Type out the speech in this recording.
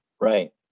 Right